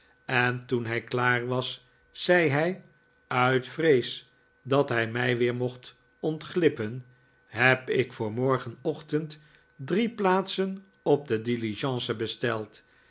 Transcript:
en toen hij klaar was zei hij uit vrees dat hij mij weer mocht ontglippen heb ik voor morgenochtend drie plaatsen op de diligence besteld